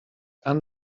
and